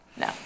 no